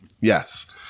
Yes